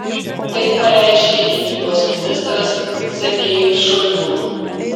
tai pareiškė gynybos ministras sergejus šoigu